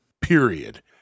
period